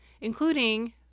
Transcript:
including